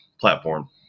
platform